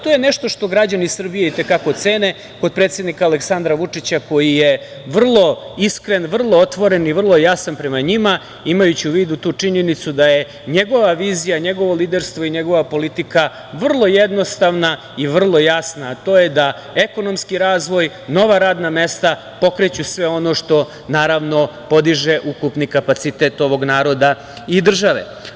To je nešto što građani Srbije i te kako cene kod predsednika Aleksandra Vučića koji je vrlo iskren, vrlo otvoren i vrlo jasan prema njima, imajući u vidu tu činjenicu da je njegova vizija, njegovo liderstvo i njegova politika vrlo jednostavna i vrlo jasna, a to je da ekonomski razvoj, nova radna mesta pokreću sve ono što, naravno, podiže ukupni kapacitet ovog naroda i države.